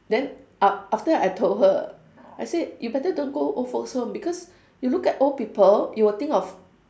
then af~ after I told her I said you better don't go old folks home because you look at old people you will think of